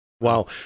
Wow